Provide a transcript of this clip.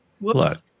Whoops